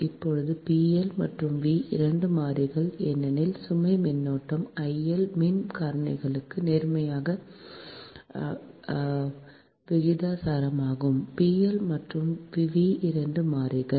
இப்போது மற்றும் V இரண்டும் மாறிலிகள் எனில் சுமை மின்னோட்டம் மின் காரணிக்கு நேர்மாறான விகிதாசாரமாகும் மற்றும் V இரண்டும் மாறிலிகள்